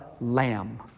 lamb